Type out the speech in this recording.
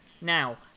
Now